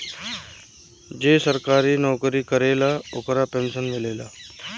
जे सरकारी नौकरी करेला ओकरा पेंशन मिलेला